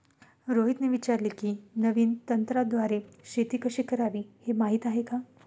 रोहितने विचारले की, नवीन तंत्राद्वारे शेती कशी करावी, हे माहीत आहे का?